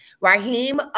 Raheem